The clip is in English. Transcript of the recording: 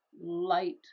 light